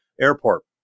airport